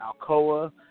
Alcoa